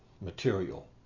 material